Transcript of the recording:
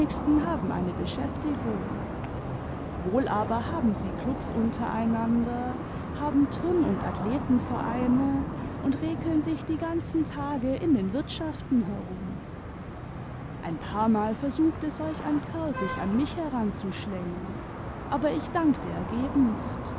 haben eine beschäftigung wohl aber haben sie klubs untereinander haben turn und athletenvereine und rekeln sich die ganzen tage in den wirtschaften herum ein paarmal versuchte solch ein kerl sich an mich heranzuschlängelo aber ich dankte ergebenst